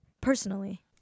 personally